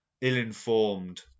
ill-informed